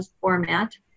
format